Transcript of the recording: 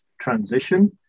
transition